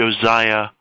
Josiah